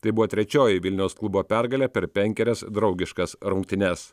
tai buvo trečioji vilniaus klubo pergalė per penkerias draugiškas rungtynes